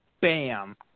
Bam